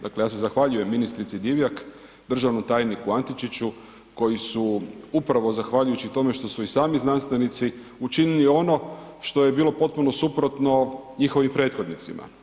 Dakle, ja se zahvaljujem ministrici Divjak, državnom tajniku Antičiću, koji su upravo zahvaljujući tome što su i sami znanstvenici, učinili ono što je bilo potpuno suprotno njihovim prethodnicima.